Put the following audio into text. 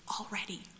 already